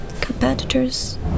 Competitors